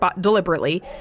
deliberately